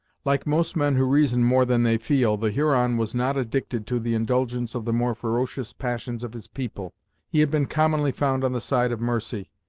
like most men who reason more than they feel, the huron was not addicted to the indulgence of the more ferocious passions of his people he had been commonly found on the side of mercy,